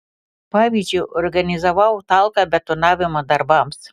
pavyzdžiui organizavau talką betonavimo darbams